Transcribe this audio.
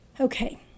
Okay